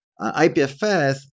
IPFS